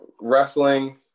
Wrestling